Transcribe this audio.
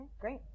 Great